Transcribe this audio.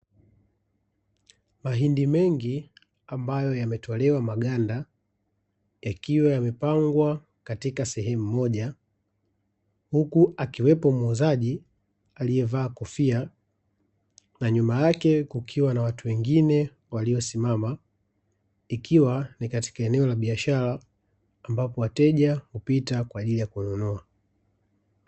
Mahindi mengi ambayo yametolewa maganda, yakiwa yamepangwa katika sehemu moja, huku akiwepo muuzaji alievaa kofia, na nyuma yake kukiwa na watu wengine waliosimama ikiwa ni katika eneo la biashara ambapo wateja hupita kwa ajili ya kununua.